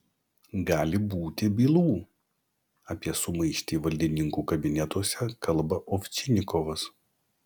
gali būti bylų apie sumaištį valdininkų kabinetuose kalba ovčinikovas